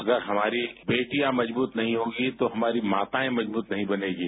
अगर हमारी बेटियां मजबूत नहीं होंगी तो हमारी माताएं मजबूत नहीं बनेंगी